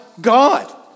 God